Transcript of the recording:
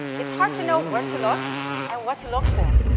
it's hard to know where to look and what to look for.